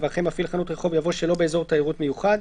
ואחרי "מפעיל חנות רחוב" יבוא "שלא באזור תיירות מיוחד".